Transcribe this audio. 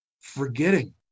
forgetting